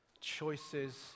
choices